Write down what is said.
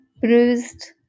bruised